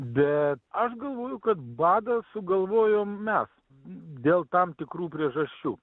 bet aš galvoju kad badą sugalvojom mes dėl tam tikrų priežasčių